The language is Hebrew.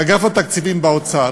לאגף התקציבים באוצר,